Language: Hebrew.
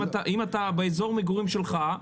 אם אתה באזור מגורים שלך,